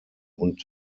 und